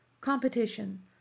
competition